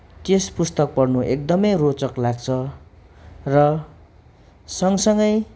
त्यस पुस्तक पढन एकदमै रोचक लाग्छ र सँगसँगै